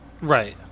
Right